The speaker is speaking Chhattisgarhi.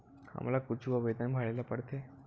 हमला कुछु आवेदन भरेला पढ़थे?